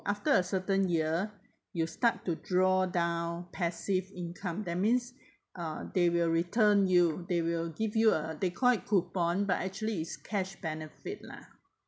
after a certain year you start to draw down passive income that means uh they will return you they will give you a they call it coupon but actually is cash benefit lah